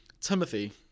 Timothy